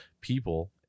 people